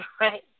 right